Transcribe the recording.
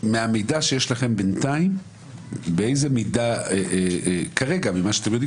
מהמידע שיש לכם בינתיים באיזו מידה ממה שאתם יודעים